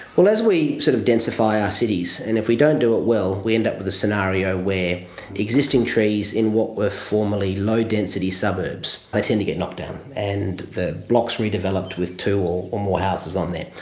well, as we sort of densify our ah cities, and if we don't do it well we end up with a scenario where existing trees in what were formerly low-density suburbs ah tend to get knocked down, and the blocks redeveloped with two or more houses on them.